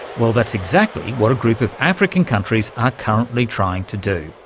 well, that's exactly what a group of african countries are currently trying to do,